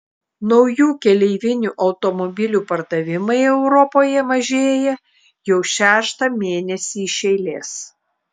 naujų keleivinių automobilių pardavimai europoje mažėja jau šeštą mėnesį ši eilės